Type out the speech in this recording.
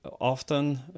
often